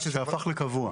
שהפך לקבוע.